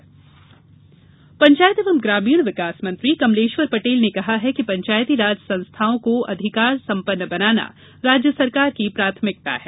पंचायत मंत्री पंचायत एवं ग्रामीण विकास मंत्री कमलेश्वर पटेल ने कहा है कि पंचायती राज संस्थाओं को अधिकार संपन्न बनाना राज्य सरकार की प्राथमिकता है